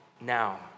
Now